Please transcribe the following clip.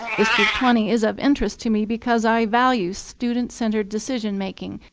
district twenty is of interest to me because i value student-centered decision making,